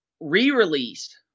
re-released